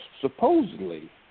supposedly